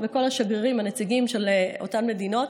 וכל השגרירים והנציגים של אותן מדינות,